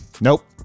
Nope